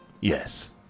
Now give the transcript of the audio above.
yes